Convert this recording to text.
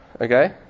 Okay